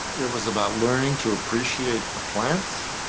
it was about learning to appreciate the plants,